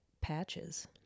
Patches